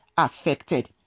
Affected